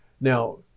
Now